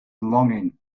longing